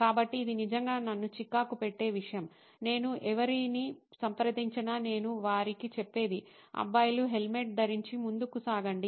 కాబట్టి ఇది నిజంగా నన్ను చికాకు పెట్టే విషయం నేను ఎవరిని సంప్రదించినా నేను వారికి చెప్పేది అబ్బాయిలు హెల్మెట్ ధరించి ముందుకు సాగండి